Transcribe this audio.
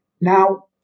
Now